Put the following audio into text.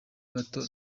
bato